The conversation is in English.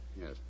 yes